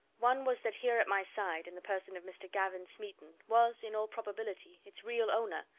one was that here at my side, in the person of mr. gavin smeaton, was, in all probability, its real owner,